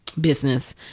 business